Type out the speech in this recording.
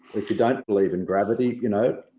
if you don't believe in gravity, you know,